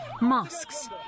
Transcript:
mosques